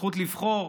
הזכות לבחור,